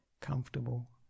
comfortable